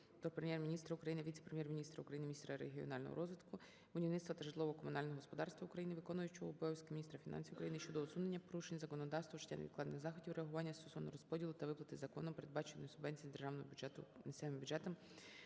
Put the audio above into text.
до Прем'єр-міністра України, віце-прем’єр-міністра України - міністра регіонального розвитку, будівництва та житлово-комунального господарства України, виконувачу обов'язків міністра фінансів України щодо усунення порушень законодавства, вжиття невідкладних заходів реагування стосовно розподілу та виплати законом передбаченої субвенції з Державного бюджету